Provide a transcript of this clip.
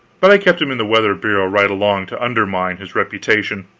but i kept him in the weather bureau right along, to undermine his reputation.